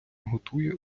готує